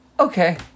Okay